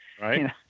right